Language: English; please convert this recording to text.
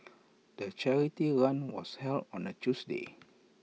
the charity run was held on A Tuesday